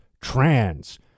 trans